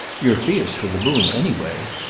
you're fierce for the boom anyway.